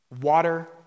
Water